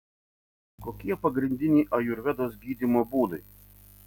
kokie pagrindiniai ajurvedos gydymo būdai